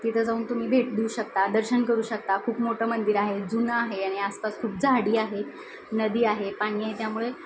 तिथं जाऊन तुम्ही भेट देऊ शकता दर्शन करू शकता खूप मोठं मंदिर आहे जुनं आहे आणि आसपास खूप झाडी आहे नदी आहे पाणी आहे त्यामुळे